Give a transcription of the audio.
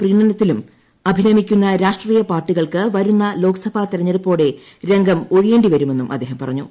പ്രീണനത്തിലും അഭിരമിക്കുന്ന രാഷ്ട്രീയ പാർട്ടികൾക്ക് വരുന്ന ലോക്സഭാ തിരഞ്ഞെടുപ്പോടെ രംഗം ഒഴിയേണ്ടിവരുമെന്നും അദ്ദേഹം പറഞ്ഞു